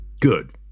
Good